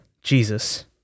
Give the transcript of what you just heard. Jesus